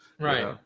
Right